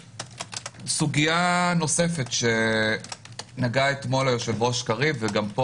סוגיה נוספת שהעלה אתמוך היושב-ראש קריב וגם היום